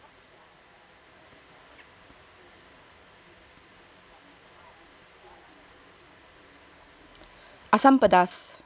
asam pedas